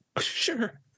Sure